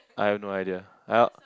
I have no idea